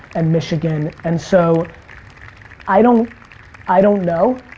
and michigan. and so i don't i don't know.